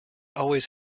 always